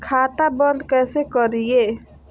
खाता बंद कैसे करिए?